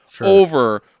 over